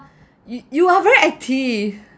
y~ you are very active